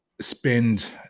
spend